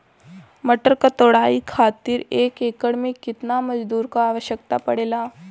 मटर क तोड़ाई खातीर एक एकड़ में कितना मजदूर क आवश्यकता पड़ेला?